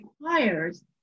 requires